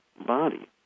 body